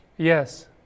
Yes